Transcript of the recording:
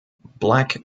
black